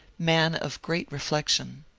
man of great reflection.